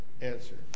answer